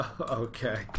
Okay